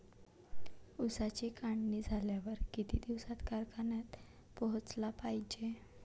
ऊसाची काढणी झाल्यावर किती दिवसात कारखान्यात पोहोचला पायजे?